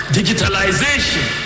digitalization